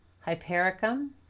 Hypericum